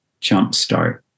jumpstart